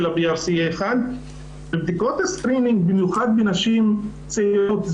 brca-1 בבדיקות הסטרימינג במיוחד בנשים צעירות.